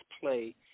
play